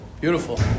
beautiful